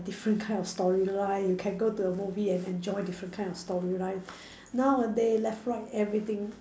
different kind of storyline you can go to the movie and enjoy different kind of storyline nowadays left right everything